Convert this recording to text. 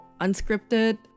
unscripted